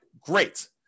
great